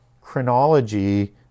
chronology